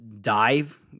dive